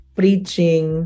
preaching